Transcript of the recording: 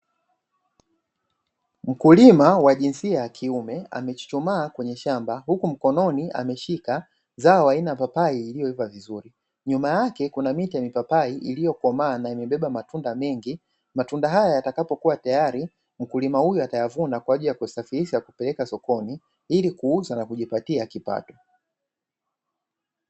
Mkulima wa jinsia ya kiume amejichomaa kwenye shamba huku mkononi ameshika zao aina ya papai iliyoiva vizuri. Nyuma yake kuna mti ya kakao iliyo komaa na yenye beba matunda mengi. Matunda haya yatakapokuwa tayari, mkulima huyu atayavuna kwa ajili ya kusafirisha kupeleka sokoni ili kuuza na kujipatia kipato.